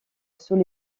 sous